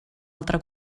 altra